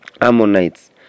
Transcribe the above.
Ammonites